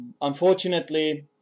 unfortunately